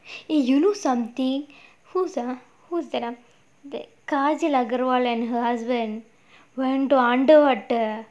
eh you know something who's ah who's that err kajal agarwal car and her husband went to under underwater